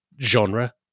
genre